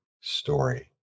story